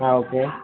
ആ ഓക്കേ